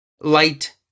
light